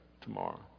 tomorrow